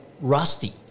rusty